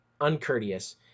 uncourteous